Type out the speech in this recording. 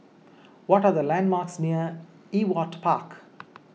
what are the landmarks near Ewart Park